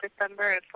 December